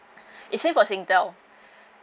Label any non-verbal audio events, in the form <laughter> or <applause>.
<breath> it same for Singtel